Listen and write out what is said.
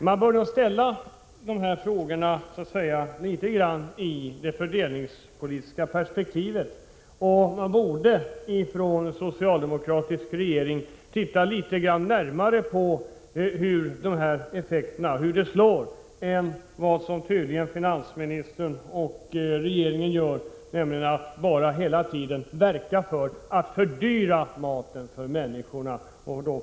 Man bör se de här frågorna litet grandi ett fördelningspolitiskt perspektiv. En socialdemokratisk regering borde titta litet närmare på 107 hur det här slår än vad finansministern och regeringen tydligen gör. Men i stället verkar man ju hela tiden för att fördyra maten för människorna.